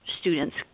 students